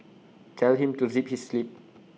tell him to zip his lip